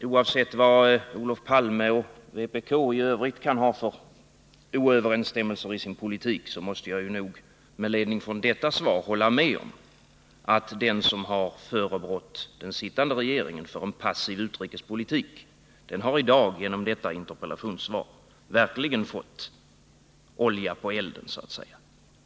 Oavsett vad Olof Palme och vpk i övrigt kan ha för oöverensstämmelser i sin politik måste de nog med ledning från detta svar hålla med om att den som har förebrått den sittande regeringen för en passiv utrikespolitik har genom detta interpellationssvar verkligen så att säga fått olja på elden.